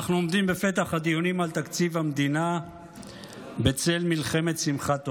אנחנו עומדים בפתח הדיונים על תקציב המדינה בצל מלחמת שמחת תורה.